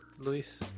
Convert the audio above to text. luis